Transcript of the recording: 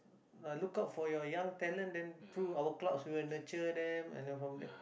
look out for your young talent and through our clubs we will nurture them